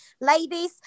ladies